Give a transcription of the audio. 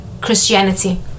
Christianity